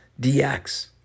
Dx